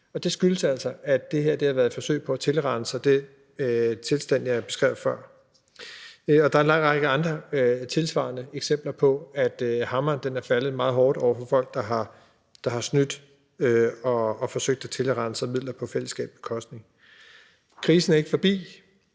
Og det skyldes altså, at det her har været et forsøg på at tilrane sig det i forhold til den tilstand, jeg beskrev før. Der er en lang række tilsvarende eksempler på, at hammeren er faldet meget hårdt over for folk, der har snydt og forsøgt at tilrane sig midler på fællesskabets bekostning. Krisen er ikke forbi,